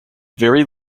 very